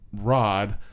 rod